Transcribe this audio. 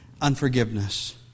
Unforgiveness